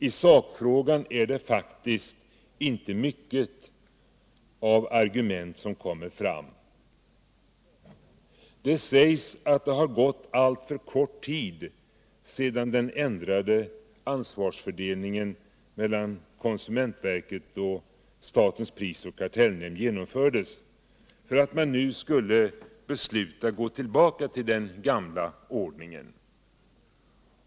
I sakfrågan är det faktiskt inte mycket av argument som kommer fram. Det sägs att det har gått alltför kort tid sedan den ändrade ansvarsfördelningen mellan konsumentverket och SPK genomfördes för att man nu skulle kunna besluta att gå tillbaka till den gamla ordningen.